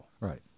Right